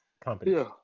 company